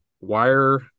wire